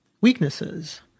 weaknesses